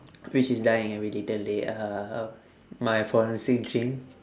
which is dying every little day uh my forensic dream